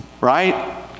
right